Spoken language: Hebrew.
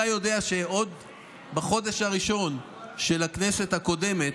אתה יודע שבחודש הראשון של הכנסת הקודמת,